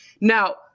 Now